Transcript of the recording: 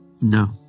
no